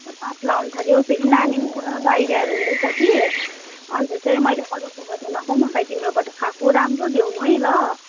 पुरा पत्ला आउनु थाल्यो फेरि नानी पनि पुरा डाइरियाहरू हुँदैछ कि अन्त चाहिँ मैले अरूकोबाट नखाई नखाई तिम्रोबाट खाएको राम्रो ल्याउनु है ल